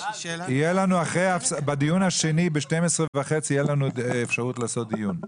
בדיון השני ב-12:30 תהיה לנו אפשרות לעשות דיון.